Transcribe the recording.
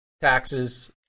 taxes